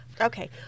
Okay